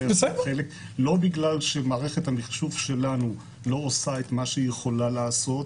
לא בגלל שמערכת המחשוב שלנו לא עושה את מה שהיא יכולה לעשות,